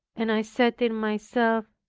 and i said in myself,